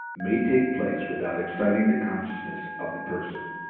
may take place without exciting the consciousness of the person.